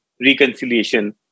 reconciliation